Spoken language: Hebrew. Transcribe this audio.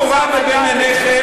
אז טלו קורה מבין עיניכם.